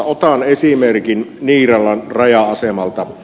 otan esimerkin niiralan raja asemalta